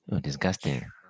Disgusting